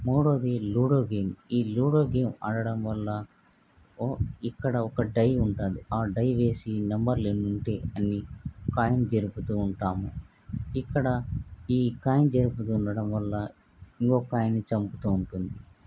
మూడోవది ludo game ఈ ludo game ఆడడం వల్ల ఓ ఇక్కడ ఒక డై ఉంటుంది ఆ డై వేసి నంబర్లెన్ని ఉంటే అన్ని కాయిన్ జరుపుతూ ఉంటాము ఇక్కడ ఈ కాయిన్ జరుపుతుండడం వల్ల ఇంకొక కాయిన్ని చంపుతూ ఉంటుంది